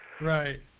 right